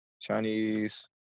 Chinese